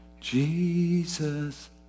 Jesus